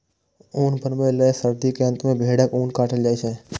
ऊन बनबै लए सर्दी के अंत मे भेड़क ऊन काटल जाइ छै